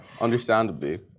understandably